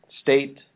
state